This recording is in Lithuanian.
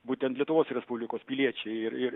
būtent lietuvos respublikos piliečiai ir ir